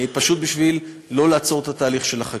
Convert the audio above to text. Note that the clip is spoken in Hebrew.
פשוט בשביל לא לעצור את התהליך של החקיקה.